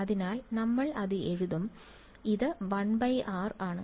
അതിനാൽ നമ്മൾ അത് എഴുതും അതിനാൽ ഇത് 1r ആണ്